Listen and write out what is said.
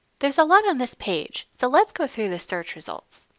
there is a lot on this page, so let's go through the search results.